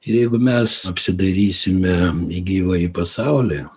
ir jeigu mes apsidairysime į gyvąjį pasaulį